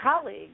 colleague